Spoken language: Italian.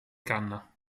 canna